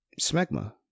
smegma